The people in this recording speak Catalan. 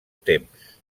temps